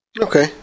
Okay